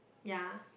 ya